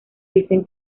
dicen